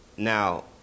Now